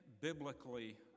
biblically